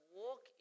walk